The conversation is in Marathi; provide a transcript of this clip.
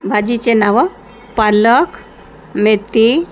भाजीचे नावं पालक मेथी